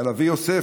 על אבי יוסף,